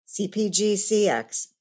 CPGCX